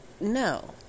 no